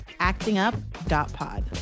actingup.pod